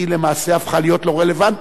היא למעשה הפכה להיות לא רלוונטית.